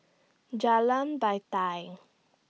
Jalan Batai